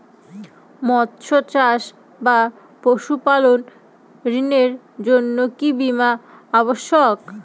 মৎস্য চাষ বা পশুপালন ঋণের জন্য কি বীমা অবশ্যক?